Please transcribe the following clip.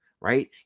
right